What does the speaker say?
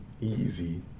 easy